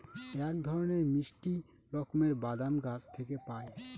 এক ধরনের মিষ্টি রকমের বাদাম গাছ থেকে পায়